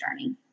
journey